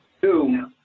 Two